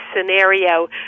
scenario